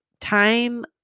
time